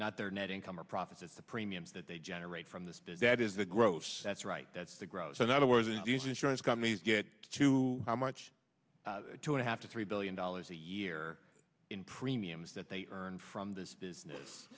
not their net income or profits it's the premiums that they generate from this bid that is the gross that's right that's the gross another word to use insurance companies get to how much two and a half to three billion dollars a a year in premiums that they earn from this business